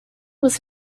was